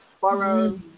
borrow